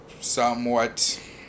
somewhat